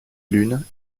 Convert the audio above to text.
lune